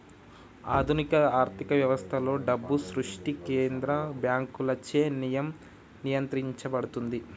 ఆధునిక ఆర్థిక వ్యవస్థలలో, డబ్బు సృష్టి కేంద్ర బ్యాంకులచే నియంత్రించబడుతుంది